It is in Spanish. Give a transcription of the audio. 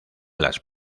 las